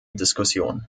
diskussion